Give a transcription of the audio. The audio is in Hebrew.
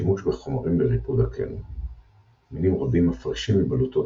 שימוש בחומרים לריפוד הקן – מינים רבים מפרישים מבלוטות